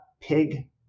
pig